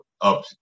up